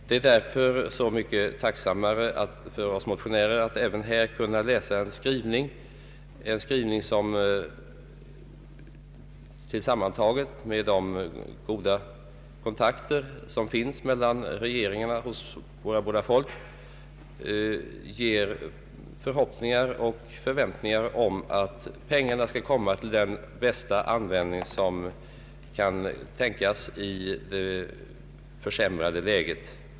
Det är därför så mycket tacksammare för oss motionärer att även här kunna läsa en skrivning, som tillsammans med de goda kontakter som finns mellan berörda regeringar ger förhoppningar och förväntningar om att pengarna skall komma till den bästa användning som kan tänkas i det försämrade läget.